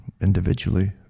individually